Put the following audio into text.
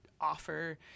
offer